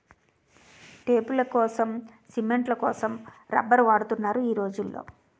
టేపులకోసం, సిమెంట్ల కోసం రబ్బర్లు వాడుతున్నారు ఈ రోజుల్లో